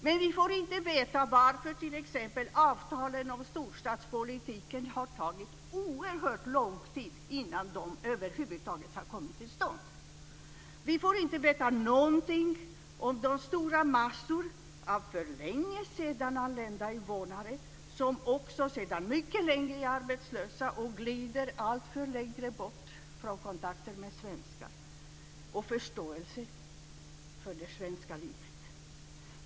Men vi får inte veta varför det har tagit så oerhört lång tid innan t.ex. avtalen om storstadspolitiken över huvud taget har kommit till stånd. Vi får inte veta någonting om de stora massor av för länge sedan anlända invånare som också sedan mycket lång tid är arbetslösa och glider alltför långt bort från kontakter med svenskar och förståelse för det svenska livet.